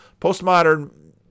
Postmodern